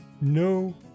No